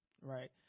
Right